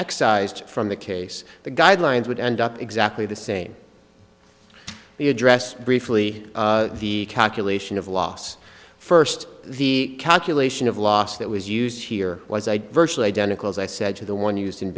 excised from the case the guidelines would end up exactly the same the address briefly the calculation of loss first the calculation of loss that was used here was a virtually identical as i said to the one used